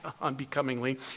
unbecomingly